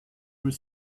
were